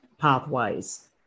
pathways